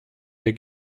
der